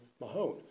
Mahone